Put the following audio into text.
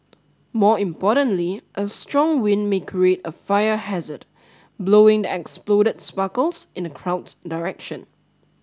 more importantly a strong wind may create a fire hazard blowing the exploded sparkles in the crowd's direction